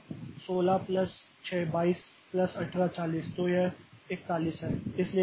तो 16 plus 6 22 plus 18 40 तो वह 41 है